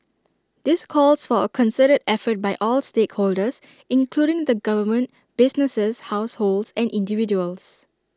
this calls for A concerted effort by all stakeholders including the government businesses households and individuals